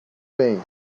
bem